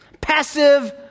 passive